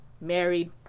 married